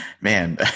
Man